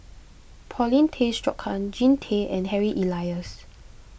Paulin Tay Straughan Jean Tay and Harry Elias